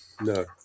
No